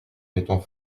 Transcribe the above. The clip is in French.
mettons